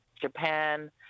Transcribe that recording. Japan